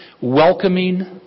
welcoming